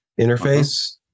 interface